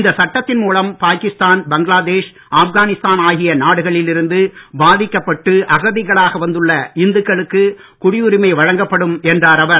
இந்த சட்டத்தின் மூலம் பாகிஸ்தான் பங்களாதேஷ் ஆப்கானிஸ்தான் ஆகிய நாடுகளில் இருந்து பாதிக்கப்பட்டு அகதிகளாக வந்துள்ள இந்துக்களுக்கு குடியுரிமை வழங்கப்படும் என்றார் அவர்